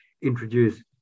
introduce